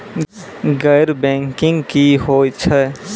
गैर बैंकिंग की होय छै?